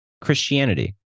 christianity